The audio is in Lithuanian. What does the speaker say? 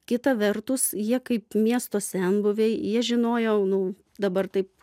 kita vertus jie kaip miesto senbuviai jie žinojo nu dabar taip